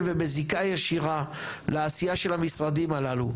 ובזיקה ישירה לעשייה של המשרדים הללו.